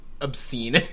obscene